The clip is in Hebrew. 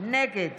נגד